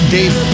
Dave